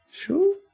Sure